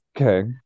Okay